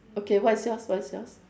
okay what is yours what is yours